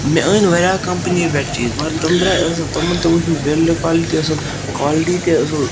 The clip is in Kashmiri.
مےٚ أنۍ واریاہَو کَمپٔنیَو پٮ۪ٹھ چیٖز مگر تٕم درٛاے اصٕل تِمَن تہِ وُچھ مےٚ بِلڈ کوالٹی تہِ اصٕل کوالٹی تہِ اصٕل